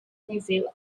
nephew